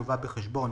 יובא בחשבון